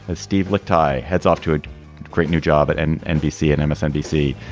ah steve look ty heads off to a great new job at and nbc and msnbc.